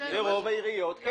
ברוב העיריות כן.